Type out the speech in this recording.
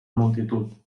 multitud